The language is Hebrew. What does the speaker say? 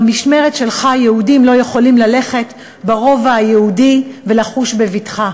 במשמרת שלך יהודים לא יכולים ללכת ברובע היהודי ולחוש בבטחה,